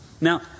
Now